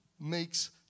makes